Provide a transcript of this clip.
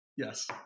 Yes